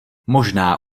možná